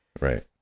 Right